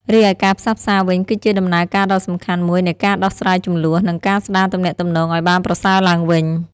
រីឯការផ្សះផ្សាវិញ គឺជាដំណើរការដ៏សំខាន់មួយនៃការដោះស្រាយជម្លោះ និងការស្ដារទំនាក់ទំនងឱ្យបានប្រសើរឡើងវិញ។